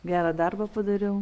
gerą darbą padariau